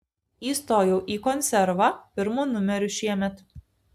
įstojau į konservą pirmu numeriu šiemet